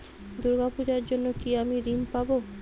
দুর্গা পুজোর জন্য কি আমি ঋণ পাবো?